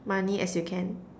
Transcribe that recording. money as you can